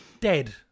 Dead